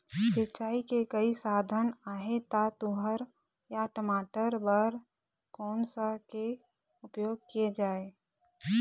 सिचाई के कई साधन आहे ता तुंहर या टमाटर बार कोन सा के उपयोग किए जाए?